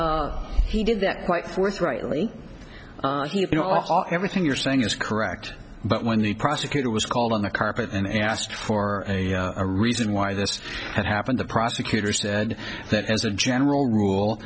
s he did that quite forthrightly you know everything you're saying is correct but when the prosecutor was called on the carpet and asked for a reason why this had happened the prosecutor said that as a general rule